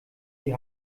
die